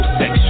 sex